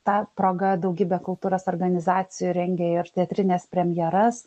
ta proga daugybę kultūros organizacijų rengia ir teatrines premjeras